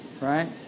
right